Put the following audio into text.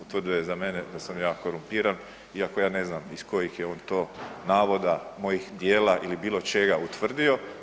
Utvrdio je za mene da sam ja korumpiran, iako ja ne znam iz kojih je on to navoda, mojih djela ili bilo čega utvrdio.